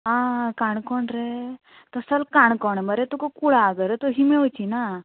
आं काणकोण रे तश जाल्या काणकोणा मरे तुका कुळागरां तशीं मेवचीं ना